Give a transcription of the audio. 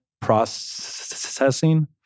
processing